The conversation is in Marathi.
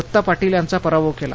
दत्ता पार्ील यांचा पराभव केला